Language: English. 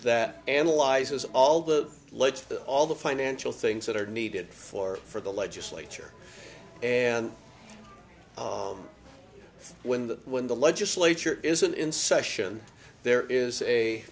that analyzes all the lights all the financial things that are needed for for the legislature and when the when the legislature isn't in session there is a